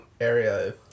area